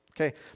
Okay